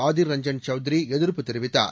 ஆதிர் ரஞ்சன் சௌத்ரி எதிர்ப்பு தெரிவித்தார்